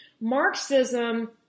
Marxism